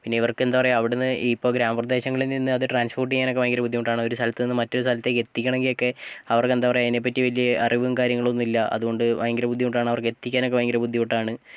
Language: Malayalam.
പിന്നെ ഇവർക്ക് എന്താ പറയാ അവിടുന്ന് ഇപ്പോൾ ഗ്രാമ പ്രദേശങ്ങളിൽ നിന്ന് അത് ട്രാൻസ്പോർട് ചെയ്യാൻ ഒക്കെ ഭയങ്കര ബുദ്ധിമുട്ടാണ് ഒരു സ്ഥലത്ത് നിന്ന് മറ്റൊരു സ്ഥലത്തേക്ക് എത്തിക്കണമെങ്കിൽ ഒക്കെ അവർക്ക് എന്താ പറയാ അതിനെ പറ്റി വലിയ അറിവും കാര്യങ്ങളൊന്നും ഇല്ല അതുകൊണ്ട് ഭയങ്കര ബുദ്ധിമുട്ടാണ് അവർക്ക് എത്തിക്കാനൊക്കെ ഭയങ്കര ബുദ്ധിമുട്ടാണ്